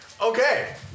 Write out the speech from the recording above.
Okay